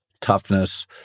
toughness